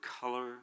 color